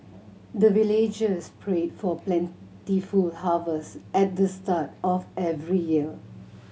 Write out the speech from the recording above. the villagers pray for plentiful harvest at the start of every year